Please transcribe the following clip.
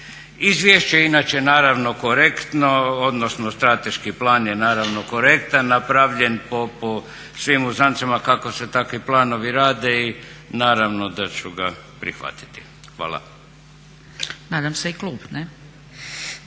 Izvješće je inače naravno korektno, odnosno strateški plan je naravno korektan napravljen po svim uzancama kako se takvi planovi rade i naravno da ću ga prihvatiti. Hvala.